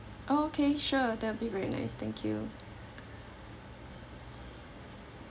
okay sure that will be very nice thank you